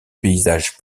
paysage